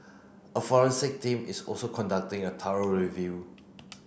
a forensic team is also conducting a thorough review